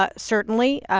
ah certainly.